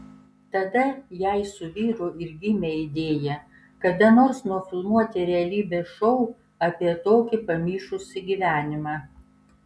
tada jai su vyru ir gimė idėja kada nors nufilmuoti realybės šou apie tokį pamišusį gyvenimą